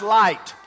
light